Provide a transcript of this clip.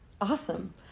Awesome